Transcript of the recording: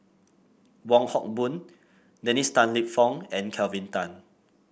Wong Hock Boon Dennis Tan Lip Fong and Kelvin Tan